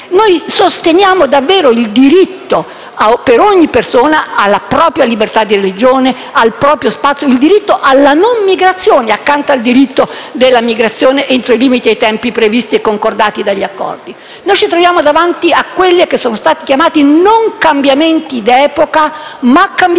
Noi sosteniamo davvero il diritto di ogni persona alla libertà di religione e al proprio spazio, il diritto alla non migrazione accanto al diritto alla migrazione, entro i limiti e i tempi previsti e concordati dagli accordi. Noi ci troviamo davanti a quelli che sono stati chiamati non cambiamenti d'epoca, ma cambiamenti